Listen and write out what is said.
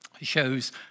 shows